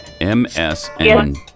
M-S-N